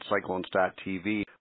Cyclones.TV